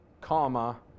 comma